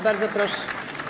Bardzo proszę.